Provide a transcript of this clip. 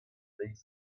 deiz